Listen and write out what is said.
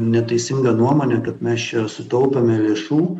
neteisinga nuomonė kad mes čia sutaupėme lėšų